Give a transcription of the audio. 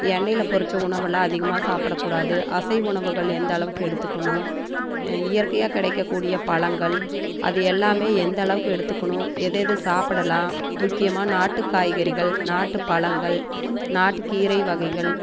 எண்ணெயில் பொறித்த உணவுலாம் அதிகமாக சாப்பிடக்கூடாது அசைவ உணவுகள் எந்தளவுக்கு எடுத்துக்கணும் இயற்கையாக கிடைக்கக்கூடிய பழங்கள் அது எல்லாமே எந்தளவுக்கு எடுத்துக்கணும் எது எது சாப்பிடலாம் முக்கியமாக நாட்டு காய்கறிகள் நாட்டு பழங்கள் நாட்டு கீரை வகைகள்